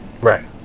Right